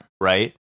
right